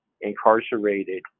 incarcerated